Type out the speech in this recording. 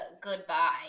goodbye